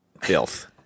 filth